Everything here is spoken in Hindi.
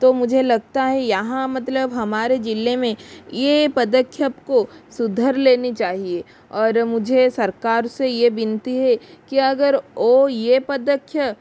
तो मुझे लगता है यहाँ मतलब हमारे जिले में ये पदख्यप को सुधार लेनी चाहिए और मुझे सरकार से ये विनती है कि अगर वो ये पदख्य